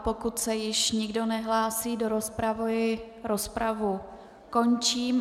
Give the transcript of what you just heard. Pokud se již nikdo nehlásí do rozpravy, rozpravu končím.